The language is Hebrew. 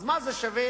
אז מה זה שווה,